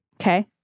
Okay